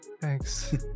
thanks